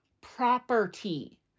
property